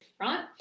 right